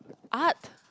art